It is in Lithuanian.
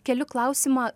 keliu klausimą